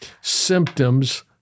symptoms